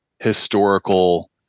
historical